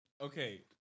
Okay